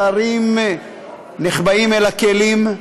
שרים נחבאים אל הכלים,